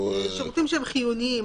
שירותים שהם חיוניים,